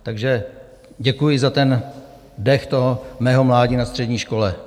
Takže děkuji za ten dech toho mého mládí na střední škole.